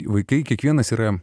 vaikai kiekvienas yra